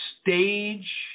stage